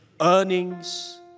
earnings